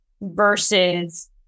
versus